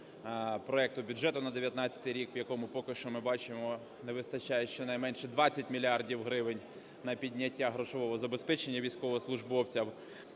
проекту бюджету на 19-й рік, в якому поки що, ми бачимо, не вистачає щонайменше 20 мільярдів гривень на підняття грошового забезпечення військовослужбовців.